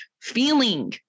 feeling